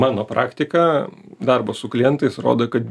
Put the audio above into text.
mano praktika darbas su klientais rodo kad